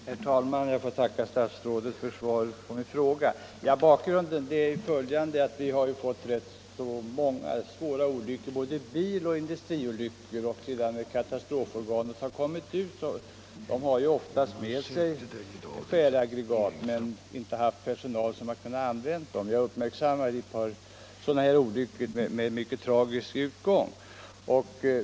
Herr talman! Jag får tacka statsrådet för svaret på min fråga. Bakgrunden är den att det har inträffat rätt många svåra olyckor, både biloch industriolyckor, och när katastrofmanskapet har kommit till platsen med skäraggregat har det ofta saknats personal som kunnat använda denna utrustning. Jag har uppmärksammat ett par sådana olyckor med mycket tragisk utgång.